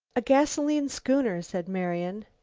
a gasoline schooner, said marian.